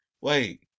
Wait